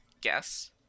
guess